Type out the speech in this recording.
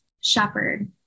shepherd